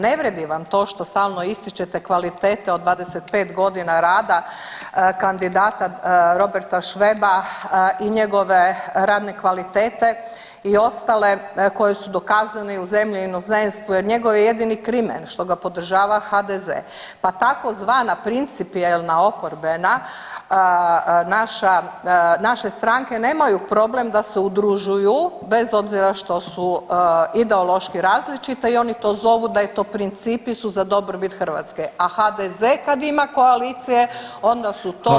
Ne vrijedi vam to što stalno ističete kvalitete od 25 godina rada kandidata Roberta Šveba i njegove radne kvalitete i ostale koje su dokazane u zemlji i inozemstvu, jer njegov je jedini krimen što ga podržava HDZ-e, pa takozvana principijelna oporbena naša, naše stranke nemaju problem da se udružuju bez obzira što su ideološki različite i oni to zovu da je to principi su za dobrobit Hrvatske, a HDZ-e kada ima koalicije onda su to